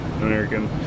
American